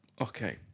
Okay